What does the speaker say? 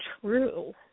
true